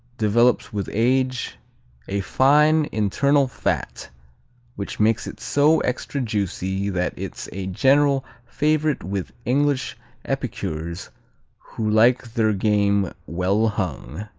develops with age a fine internal fat which makes it so extra-juicy that it's a general favorite with english epicures who like their game well hung.